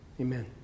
amen